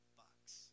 bucks